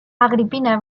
agripina